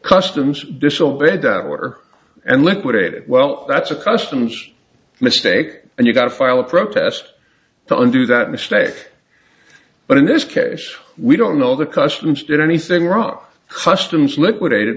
customs disobeyed that were and liquidated well that's a customs mistake and you've got to file a protest to under that mistake but in this case we don't know the customs did anything wrong customs liquidate